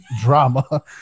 Drama